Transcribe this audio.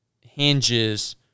hinges